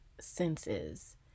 senses